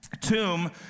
tomb